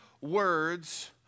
words